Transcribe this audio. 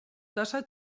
tasa